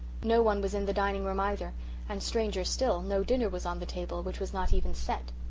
no one was in the dining-room either and, stranger still, no dinner was on the table, which was not even set.